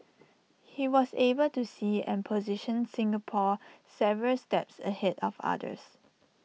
he was able to see and position Singapore several steps ahead of others